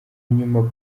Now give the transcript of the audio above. nyuma